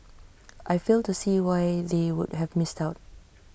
I fail to see why they would have missed out